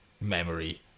memory